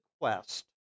quest